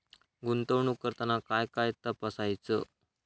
गुंतवणूक करताना काय काय तपासायच?